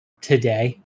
today